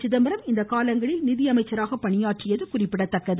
சிதம்பரம் இக்காலங்களில் நிதியமைச்சராக பணியாற்றியது குறிப்பிடத்தக்கது